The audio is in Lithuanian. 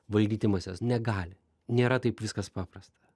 valdyti mases negali nėra taip viskas paprasta